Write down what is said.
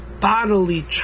bodily